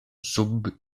sub